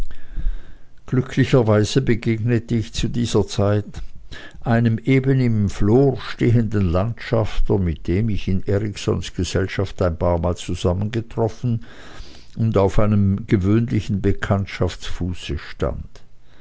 glücklicherweise begegnete ich zu dieser zeit einem eben im flor stehenden landschafter mit dem ich in eriksons gesellschaft ein paarmal zusammengetroffen und auf einem gewöhnlichen bekanntschaftsfuße stand